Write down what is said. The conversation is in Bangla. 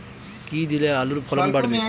কী দিলে আলুর ফলন বাড়বে?